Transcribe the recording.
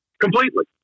completely